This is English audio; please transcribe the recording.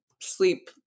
sleep